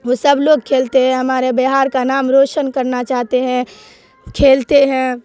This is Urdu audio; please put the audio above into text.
وہ سب لوگ کھیلتے ہیں ہمارے بہار کا نام روشن کرنا چاہتے ہیں کھیلتے ہیں